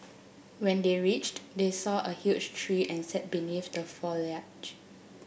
when they reached they saw a huge tree and sat beneath the foliage